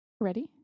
Ready